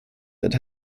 that